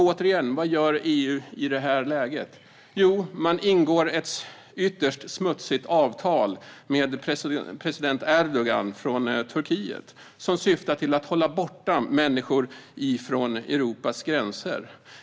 Återigen: Vad gör EU i detta läge? Jo, man ingår ett ytterst smutsigt avtal med president Erdogan från Turkiet, som syftar till att hålla människor borta från Europas gränser.